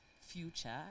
future